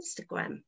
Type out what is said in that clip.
Instagram